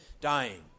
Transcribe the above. dying